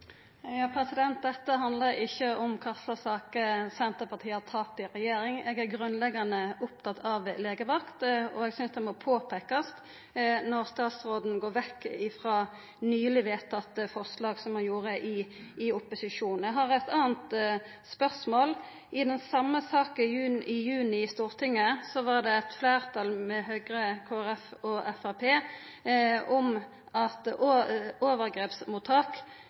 Dette handlar ikkje om kva slags saker Senterpartiet har tapt i regjering. Eg er grunnleggjande opptatt av legevakt, og eg synest det må påpeikast når statsråden går vekk frå nylege forslag som han kom med i opposisjon. Eg har eit anna spørsmål. I den same saka i Stortinget i juni var det eit mindretal med Høgre, Kristeleg Folkeparti og Framstegspartiet for at overgrepsmottak